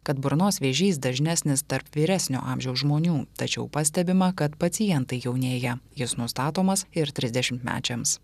kad burnos vėžys dažnesnis tarp vyresnio amžiaus žmonių tačiau pastebima kad pacientai jaunėja jis nustatomas ir trisdešimtmečiams